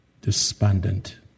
despondent